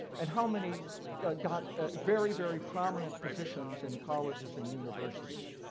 and how many got very, very prominent positions in colleges and universities?